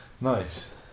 Nice